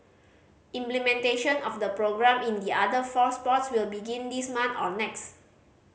implementation of the programme in the other four sports will begin this month or next